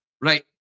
Right